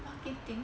marketing